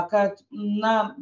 kad na